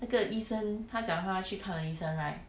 那个医生她讲她去看的医生 right